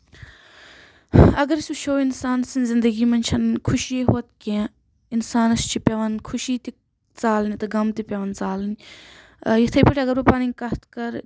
اَگر أسۍ وچھو اِنسان سٕنٛز زنٛدگی منٛز چھنہٕ خوشی یوت کیٚنٛہہ اِنسانَس چھِ پیٚوان خوشی تہِ ژالنہِ تہٕ غم تہِ پیٚوان ژالٕنۍ یِتھے پٲٹھۍ اَگر بہٕ پَنٕنۍ کَتھ کَرٕ